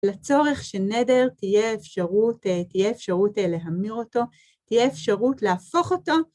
לצורך שנדר תהיה אפשרות להמיר אותו, תהיה אפשרות להפוך אותו.